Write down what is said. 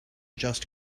just